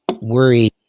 worry